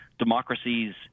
Democracies